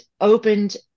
opened